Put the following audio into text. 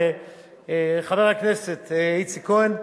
חבר הכנסת איציק כהן,